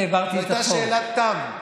זאת הייתה שאלת תם.